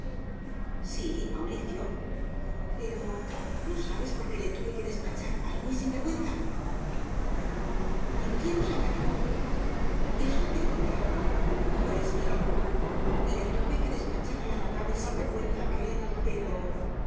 sí mauricio pero no sabes por qué le tuve que despachar al muy sinvergüenza ni quiero saberlo eso te honra pues bien le tuve que despachar al haragán y sinvergüenza aquel pero qué